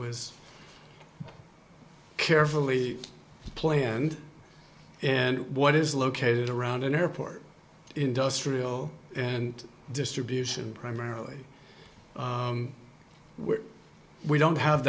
was carefully planned and what is located around an airport industrial and distribution primarily we don't have